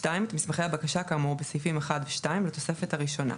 את מסמכי הבקשה כאמור בסעיפים 1 ו-2 לתוספת הראשונה.